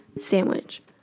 sandwich